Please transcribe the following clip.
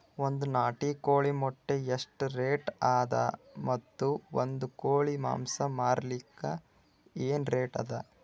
ಒಂದ್ ನಾಟಿ ಕೋಳಿ ಮೊಟ್ಟೆ ಎಷ್ಟ ರೇಟ್ ಅದ ಮತ್ತು ಒಂದ್ ಕೋಳಿ ಮಾಂಸ ಮಾರಲಿಕ ಏನ ರೇಟ್ ಅದ?